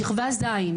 שכבה ז',